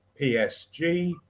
PSG